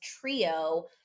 trio